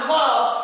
love